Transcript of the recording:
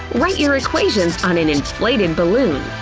write your equations on an inflated balloon.